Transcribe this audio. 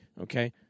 okay